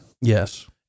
yes